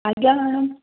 ଆଜ୍ଞା ମ୍ୟାଡ଼ାମ